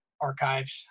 archives